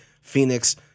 Phoenix